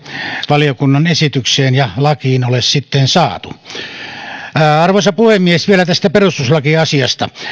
valiokunnan esitykseen ja lakiin ole saatu arvoisa puhemies vielä tästä perustuslakiasiasta